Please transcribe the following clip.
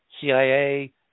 CIA